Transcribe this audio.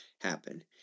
happen